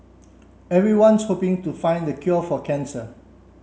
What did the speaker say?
everyone's hoping to find the cure for cancer